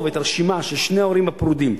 את הרשימה של שני ההורים הפרודים,